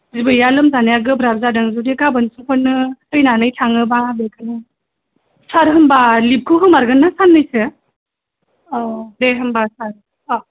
बिबैया लोमजानाया गोब्राब जादों जुदि गाबोनफोरनो थैनानै थाङोब्ला बिदिनो सार होमब्ला लिभखौ होमारगोन ना साननैसो औ दे होमब्ला सार अ